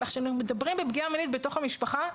כך שכשאנחנו מדברים בפגיעה מינית בתוך המשפחה,